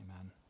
amen